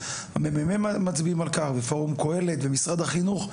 וה-ממ"מ מצביעים על כך ופורום קהלת ומשרד החינוך,